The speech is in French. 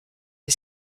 est